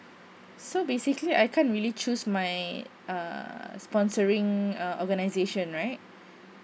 so basically I can't really choose my uh sponsoring uh organisation right